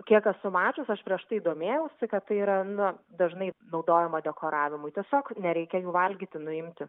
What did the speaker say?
kiek esu mačius aš prieš tai domėjausi kad tai yra na gana dažnai naudojama dekoravimui tiesiog nereikia jų valgyti nuimti